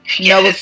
No